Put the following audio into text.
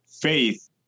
faith